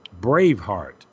Braveheart